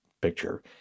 picture